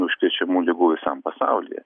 užkrečiamų ligų visam pasaulyje